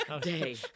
day